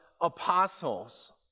apostles